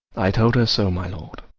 i told her so, my lord,